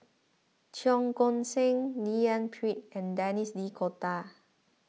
Cheong Koon Seng D N Pritt and Denis D'Cotta